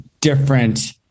different